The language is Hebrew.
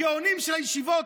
הגאונים של הישיבות,